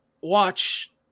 watch